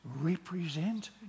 represent